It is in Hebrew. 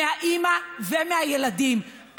מהאימא ומהילדים.